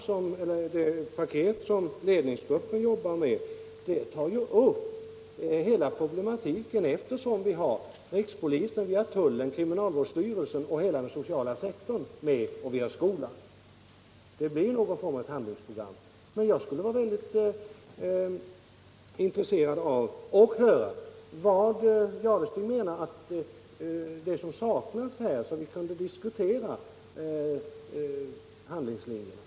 Men det paket som ledningsgruppen jobbar med tar upp hela problematiken, eftersom vi har med rikspolisen, tullen, kriminalvårdsstyrelsen och hela den sociala sektorn samt skolan. Men jag skulle vara väldigt intresserad av att höra vad Thure Jadestig anser saknas, så att vi kan diskutera huvudlinjen.